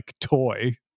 toy